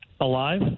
Alive